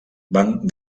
van